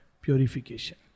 purification